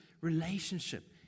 Relationship